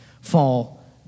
fall